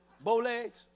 Bowlegs